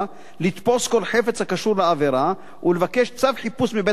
לתפוס כל חפץ הקשור לעבירה ולבקש צו חיפוש מבית-המשפט.